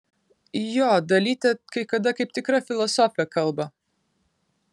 jo dalytė kai kada kaip tikra filosofė kalba